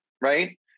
right